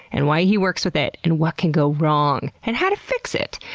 and why he works with it, and what can go wrong, and how to fix it.